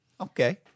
Okay